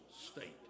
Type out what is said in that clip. state